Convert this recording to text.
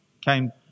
came